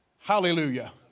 Hallelujah